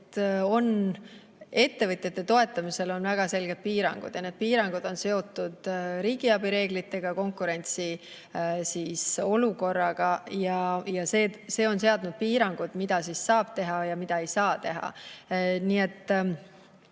et ettevõtjate toetamisel on väga selged piirangud ja need piirangud on seotud riigiabi reeglitega, konkurentsiolukorraga. See on seadnud piirangud, mida saab teha ja mida ei saa teha. Nii et